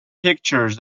pictures